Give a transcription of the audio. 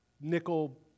nickel